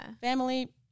Family